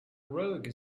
rogue